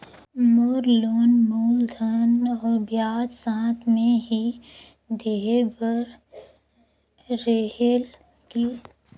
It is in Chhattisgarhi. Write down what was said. मोर लोन मूलधन और ब्याज साथ मे ही देहे बार रेहेल की?